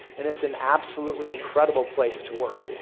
and it's an absolutely incredible place to work.